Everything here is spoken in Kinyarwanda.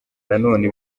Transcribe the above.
nanone